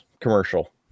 commercial